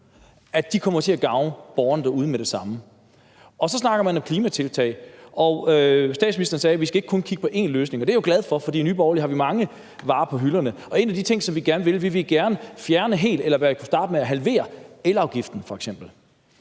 nu, kommer til at gavne borgerne derude med det samme. Så snakker man om klimatiltag, og statsministerens sagde, at vi ikke kun skal kigge på én løsning, og det er jeg jo glad for, for i Nye Borgerlige har vi mange varer på hylderne, og en af de ting, som vi gerne vil, er helt at fjerne eller i hvert fald starte med at halvere elafgiften f.eks.